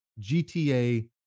GTA